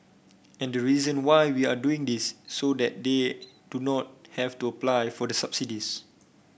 and the reason why we are doing this is so that they do not have to apply for the subsidies